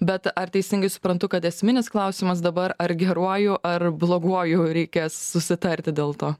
bet ar teisingai suprantu kad esminis klausimas dabar ar geruoju ar bloguoju reikės susitarti dėl to